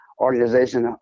organization